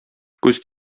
күз